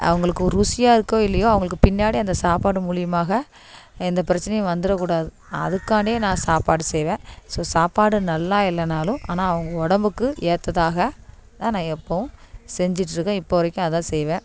அவர்களுக்கு ருசியாக இருக்கோ இல்லையோ அவர்களுக்கு பின்னாடி அந்த சாப்பாடு மூலயமாக எந்த பிரச்சினையும் வந்துடக்கூடாது அதுக்காண்டியே நான் சாப்பாடு செய்வேன் ஸோ சாப்பாடு நல்லா இல்லைனாலும் ஆனால் அவங்க உடம்புக்கு ஏற்றதாக தான் நான் எப்போவும் செஞ்சிகிட்ருக்கேன் இப்போ வரைக்கும் அதுதான் செய்வேன்